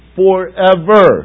forever